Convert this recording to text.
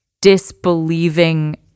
disbelieving